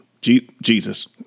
Jesus